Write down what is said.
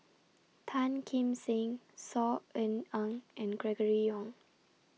Tan Kim Seng Saw Ean Ang and Gregory Yong